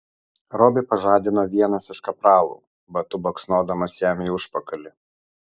robį pažadino vienas iš kapralų batu baksnodamas jam į užpakalį